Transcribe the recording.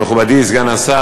מכובדי סגן השר,